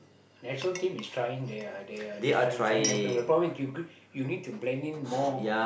national team is trying their their is trying trying to help them more promise you you need to blend in more